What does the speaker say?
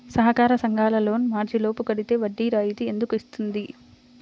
సహకార సంఘాల loan March లోపు కట్టితే వడ్డీ రాయితీ ఎందుకు ఇస్తుంది?